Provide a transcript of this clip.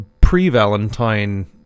pre-Valentine